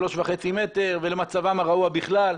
שלושה וחצי מטר, ולמצבם הרעוע בכלל?